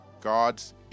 God's